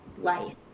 life